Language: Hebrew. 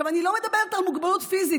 אני לא מדברת על מוגבלות פיזית,